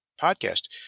podcast